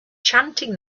chanting